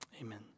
amen